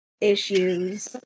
issues